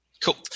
Cool